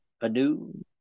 anew